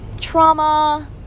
trauma